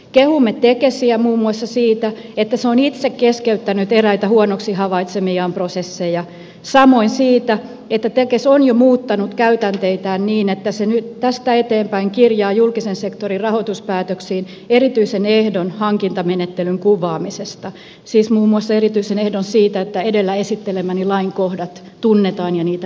kehumme tekesiä muun muassa siitä että se on itse keskeyttänyt eräitä huonoksi havaitsemiaan prosesseja samoin siitä että tekes on jo muuttanut käytänteitään niin että se nyt tästä eteenpäin kirjaa julkisen sektorin rahoituspäätöksiin erityisen ehdon hankintamenettelyn kuvaamisesta siis muun muassa erityisen ehdon siitä että edellä esittelemäni lain kohdat tunnetaan ja niitä noudatetaan